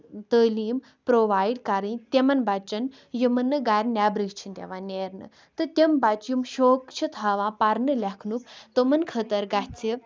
تعلیٖم پرووایڈ کَرٕنۍ تِمن بَچن یِمن نہٕ گرٕ نیبرٕے چھِ دِوان نیرنہٕ تہٕ تِم بَچہ یِم شوق چھِ تھاوان پَرنہٕ لٮ۪کھنُک تِمن خٲطرٕ گژھِ